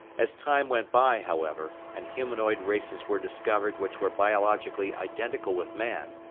as time went by, however, and humanoid races were discovered which were biologically identical with man,